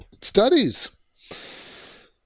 Studies